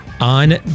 on